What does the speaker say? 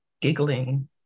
giggling